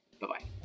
Bye-bye